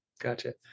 gotcha